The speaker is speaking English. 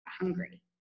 hungry